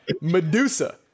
Medusa